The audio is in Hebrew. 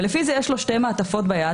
ולפי זה יש לו שתי מעטפות ביד,